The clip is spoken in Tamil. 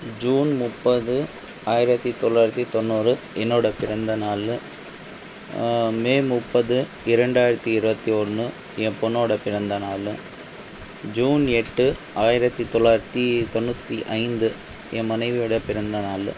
ஜூன் முப்பது ஆயிரத்தி தொள்ளாயிரத்தி தொண்ணூறு என்னோட பிறந்தநாள் மே முப்பது இரண்டாயிரத்தி இருபத்தி ஒன்று என் பொண்ணோட பிறந்தநாள் ஜூன் எட்டு ஆயிரத்தி தொள்ளாயிரத்தி தொண்ணூற்றி ஐந்து என் மனைவியோட பிறந்தநாள்